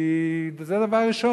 כי זה דבר ראשון,